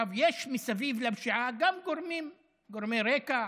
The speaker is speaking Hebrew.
יש מסביב לפשיעה גם גורמי רקע,